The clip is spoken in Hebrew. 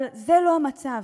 אבל זה לא המצב.